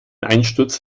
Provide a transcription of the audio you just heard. einsturz